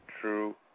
true